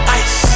ice